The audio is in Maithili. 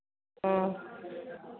ह्म्म